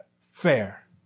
fair